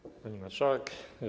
Pani Marszałek!